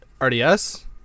RDS